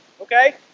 Okay